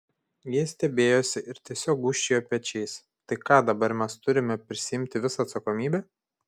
jie stebėjosi ir tiesiog gūžčiojo pečiais tai ką dabar mes turime prisiimti visą atsakomybę